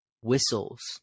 whistles